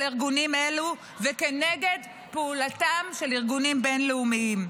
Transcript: ארגונים אלו וכנגד פעולתם של ארגונים בין-לאומיים.